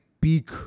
peak